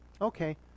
Okay